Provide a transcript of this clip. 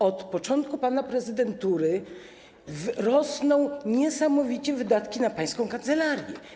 Od początku pana prezydentury rosną niesamowicie wydatki na pańską kancelarię.